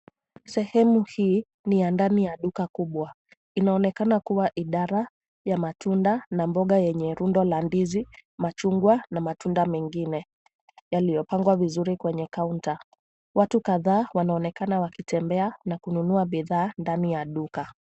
Sehemu hii ni ndani ya duka kubwa inaonekana kuwa idara ya matunda na mboga yenye rundo la ndizi , machungwa na matunda mengine yaliyopangwa vizuri kwenye [cs ] counter . Watu kadhaa wanaonekana wakitembea na kununua bidhaa ndani ya duka.